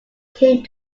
came